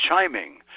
chiming